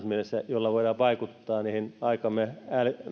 mielessä että voidaan vaikuttaa niihin aikamme